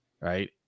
right